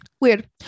Weird